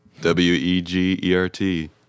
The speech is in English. w-e-g-e-r-t